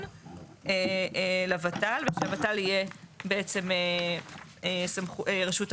לוות"ל ושהוות"ל יהיה בעצם רשות הרישוי.